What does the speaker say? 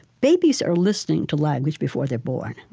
babies are listening to language before they are born.